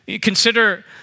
Consider